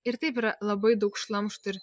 ir taip yra labai daug šlamšto ir